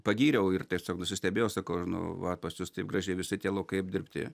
pagyriau ir tiesiog nusistebėjau sakau nu va pas jus taip gražiai visi tie laukai apdirbti